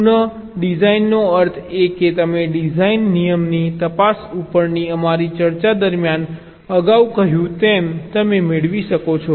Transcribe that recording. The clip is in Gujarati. પુનઃડિઝાઇનનો અર્થ છે કે તમે ડિઝાઇન નિયમની તપાસ ઉપરની અમારી ચર્ચા દરમિયાન અગાઉ કહ્યું તેમ તમે મેળવી શકો છો